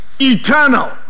Eternal